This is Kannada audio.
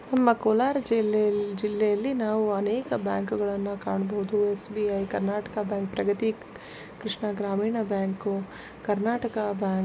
ನಮ್ಮ ಕೋಲಾರ ಜಿಲ್ಲೆಯಲ್ ಜಿಲ್ಲೆಯಲ್ಲಿ ನಾವು ಅನೇಕ ಬ್ಯಾಂಕುಗಳನ್ನು ಕಾಣ್ಬೌದು S B I Karnataka bank Pragathi Krishna Gramin bank Karnataka bank